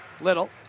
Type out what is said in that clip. Little